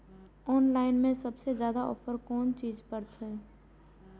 Online में सबसे ज्यादा ऑफर कोन चीज पर छे?